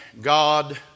God